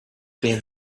being